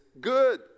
good